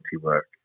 work